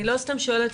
אני לא סתם שואלת.